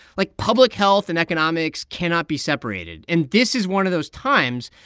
like, public health and economics cannot be separated. and this is one of those times,